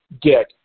get